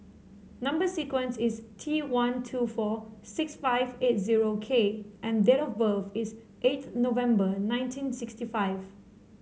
number sequence is T one two four six five eight zero K and date of birth is eighth November nineteen sixty five